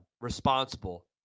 responsible